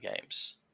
games